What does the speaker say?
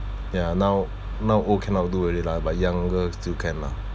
ya now now old cannot do already lah but younger still can lah